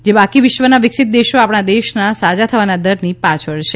જે બાકી વિશ્વના વિકસિત દેશો આપણા દેશના સાજા થવાના દરથી પાછળ છે